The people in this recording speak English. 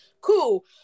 cool